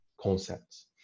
concepts